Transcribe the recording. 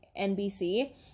NBC